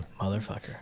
motherfucker